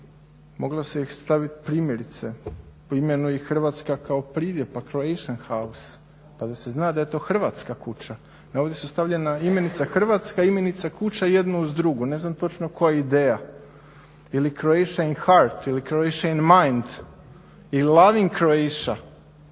mogla se i stavit primjerice po imenu i Hrvatska kao pridjev, pa Croatia house, pa da se zna da je to Hrvatska kuća, ne ovdje se stavila imenica Hrvatska, imenica kuća jedno uz drugu, ne znam točno koja je ideja. Ili Croatia in heart, ili Croatia in mind ili loving Croatia,